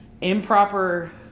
Improper